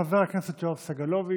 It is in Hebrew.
חבר הכנסת יואב סגלוביץ',